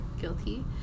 guilty